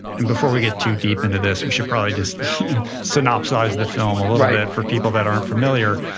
and before we get too deep into this, we should probably just synopsize the film a little bit yeah for people that aren't familiar,